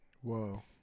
Whoa